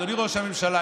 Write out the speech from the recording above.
אדוני ראש הממשלה,